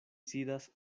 sidas